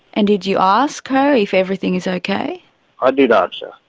and did you ask her if everything is okay? i did um so